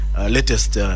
latest